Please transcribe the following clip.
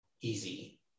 easy